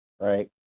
right